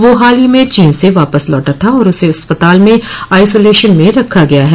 वह हाल ही में चीन से वापस लौटा था और उसे अस्पताल में आइसोलेशन में रखा गया है